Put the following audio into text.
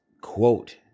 quote